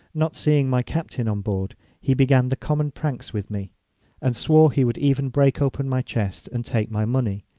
not seeing my captain on board, he began the common pranks with me and swore he would even break open my chest and take my money.